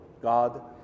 God